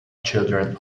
children